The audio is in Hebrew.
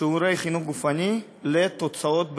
שיעורי חינוך גופני לתוצאות בבחינות.